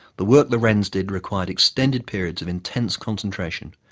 the work the wrens did required extended periods of intense concentration,